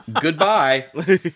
Goodbye